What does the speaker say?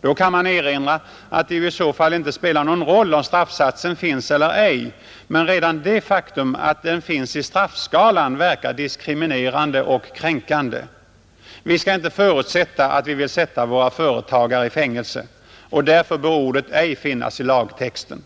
Då kan man erinra att det ju i så fall inte spelar någon roll om straffsatsen finns eller ej, men redan det faktum att den finns i straffskalan verkar diskriminerande och kränkande. Vi skall inte förutsätta, att vi vill sätta våra företagare i fängelse, och därför bör ordet ej finnas i lagtexten.